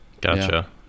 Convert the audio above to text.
Gotcha